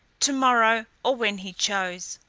to-morrow, or when he chose.